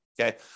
okay